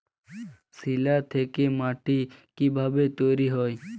শিলা থেকে মাটি কিভাবে তৈরী হয়?